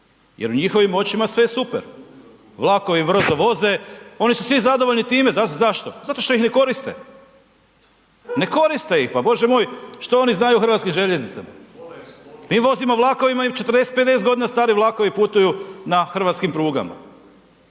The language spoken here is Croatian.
Jer u njihovim očima sve je super, vlakovi brzo voze, oni su svi zadovoljni time, zašto, zato što ih ne koriste, ne koriste ih. Pa bože moj što oni znaju o hrvatskim željeznicama, mi vozimo vlakovima 40, 50 godina stari vlakovi putuju na hrvatskim prugama,